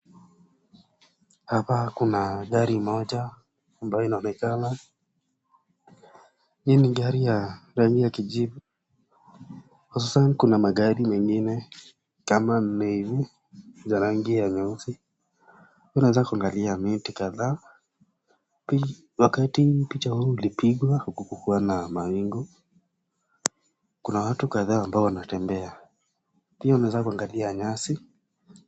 Hapa kuna gari moja ambayo inaonekana. Hii ni gari ya rangi ya kijivu. Hususan kuna magari mengine kama mengi za rangi ya nyeusi. Tunaweza kuangalia miti kadhaa. Wakati picha hii ilipigwa hakukuwa na mawingu. Kuna watu kadhaa ambao wanatembea. Pia unaweza kuangalia nyasi.